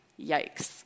Yikes